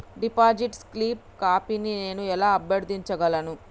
Deposit slip కాపీని నేను ఎలా అభ్యర్థించగలను?